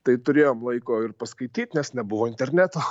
tai turėjom laiko ir paskaityt nes nebuvo interneto